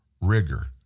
rigor